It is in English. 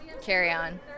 carry-on